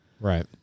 Right